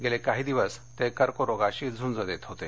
गेले काही दिवस ते कर्करोगाशी झूंज देत होते